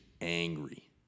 angry